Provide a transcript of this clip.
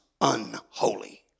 Unholy